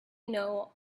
know